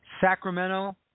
Sacramento